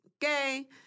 Gay